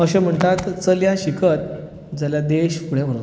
अशें म्हणटात की चलयां शिकत जाल्यार देश फुडें वता